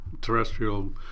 terrestrial